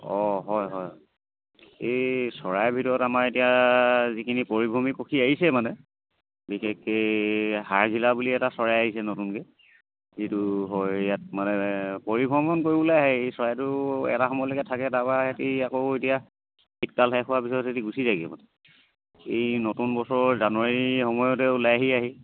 অঁ হয় হয় এই চৰাইৰ ভিতৰত আমাৰ এতিয়া যিখিনি পৰিভ্ৰমী পক্ষী আহিছে মানে বিশেষকৈ হাৰগিলা বুলি এটা চৰাই আহিছে নতুনকৈ যিটো হয় ইয়াত মানে পৰিভ্ৰমণ কৰিবলৈ আহে এই চৰাইটো এটা সময়লৈকে থাকে তাৰপৰা সিহঁতে আকৌ এতিয়া শীতকাল শেষ হোৱাৰ পিছত সিহঁতে গুচি যায়গৈ মানে এই নতুন বছৰ জানুৱাৰী সময়তে ওলাইহি আহি